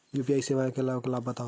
UPI सेवाएं के लाभ बतावव?